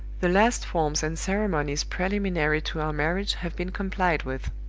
the last forms and ceremonies preliminary to our marriage have been complied with.